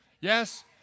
yes